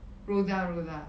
Rosa Rosa